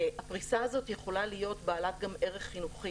הפריסה הזאת יכולה להיות בעלת גם ערך חינוכי